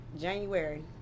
January